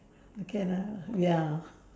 can ah ya